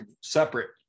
separate